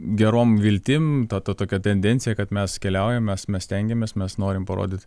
gerom viltim ta to tokia tendencija kad mes keliaujame mes mes stengiamės mes norim parodyt